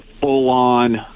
full-on